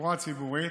והתחבורה הציבורית